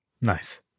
Nice